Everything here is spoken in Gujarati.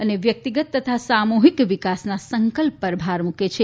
અને વ્યક્તિગત તથા સામૂહિક વિકાસના સંકલ્પ પર ભાર મુકે છે